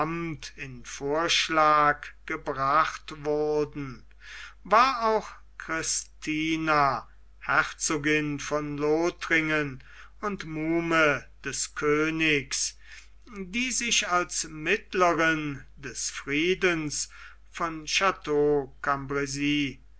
vorschlag gebracht wurden war auch christina herzogin von lothringen und muhme des königs die sich als mittlerin des friedens von